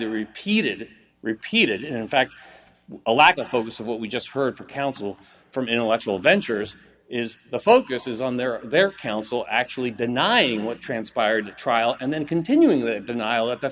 the repeated repeated in fact a lack of focus of what we just heard for counsel from intellectual ventures is the focus is on their or their counsel actually denying what transpired at trial and then continuing the denial at the